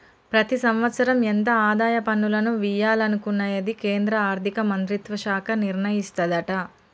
ప్రతి సంవత్సరం ఎంత ఆదాయ పన్నులను వియ్యాలనుకునేది కేంద్రా ఆర్థిక మంత్రిత్వ శాఖ నిర్ణయిస్తదట